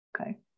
okay